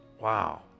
Wow